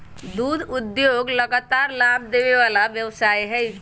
दुध उद्योग लगातार लाभ देबे वला व्यवसाय हइ